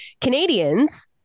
Canadians